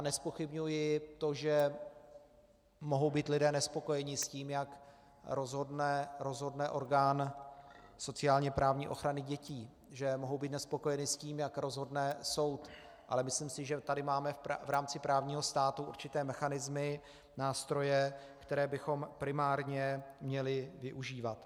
Nezpochybňuji to, že mohou být lidé nespokojeni s tím, jak rozhodne orgán sociálněprávní ochrany dětí, že mohou být nespokojeni s tím, jak rozhodne soud, ale myslím si, že tady máme v rámci právního státu určité mechanismy, nástroje, které bychom primárně měli využívat.